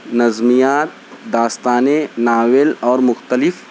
نظمیات داستانیں ناول اور مختلف